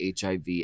HIV